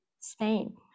Spain